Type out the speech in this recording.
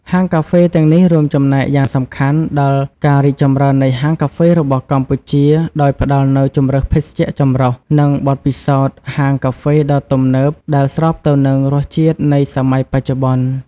ហាងកាហ្វេទាំងនេះរួមចំណែកយ៉ាងសំខាន់ដល់ ការរីកចម្រើននៃហាងកាហ្វេរបស់កម្ពុជា ដោយផ្តល់នូវជម្រើសភេសជ្ជៈចម្រុះ និងបទពិសោធន៍ហាងកាហ្វេដ៏ទំនើបដែលស្របទៅនឹងរសជាតិនៃសម័យបច្ចុប្បន្ន។